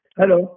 hello